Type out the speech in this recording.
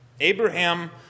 Abraham